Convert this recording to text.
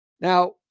Now